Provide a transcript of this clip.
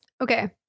Okay